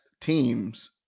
teams